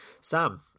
Sam